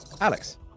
Alex